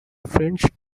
french